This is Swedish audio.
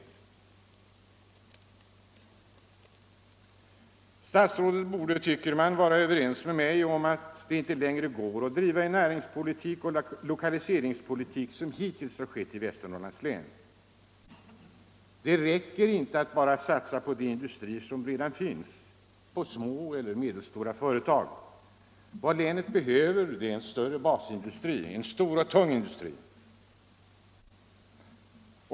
Stats Om sysselsättningsrådet borde, tycker man, vara överens med mig om att det inte längre = läget i Västernorrgår att driva en näringspolitik och lokaliseringspolitik så som hittills skett — lands län i Västernorrlands län. Det räcker inte att satsa på de industrier som redan finns eller på små och medelstora företag. Vad länet behöver är en ny basindustri, en stor och tung industri.